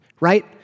right